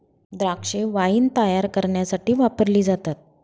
द्राक्षे वाईन तायार करण्यासाठी वापरली जातात